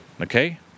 okay